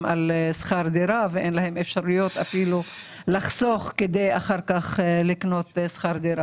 על שכר דירה ואין להם אפילו אפשרות לחסוך כדי אחר כך לקנות דירה.